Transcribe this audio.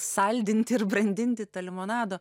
saldinti ir brandinti tą limonado